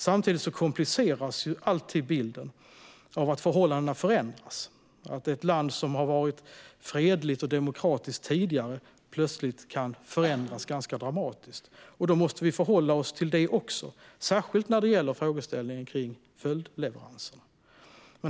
Samtidigt kompliceras alltid bilden av att förhållandena förändras av att ett land som tidigare har varit fredligt och demokratiskt plötsligt kan förändras ganska dramatiskt. Då måste vi förhålla oss till det också, särskilt när det gäller frågeställningen kring följdleveranserna.